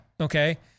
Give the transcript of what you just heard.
okay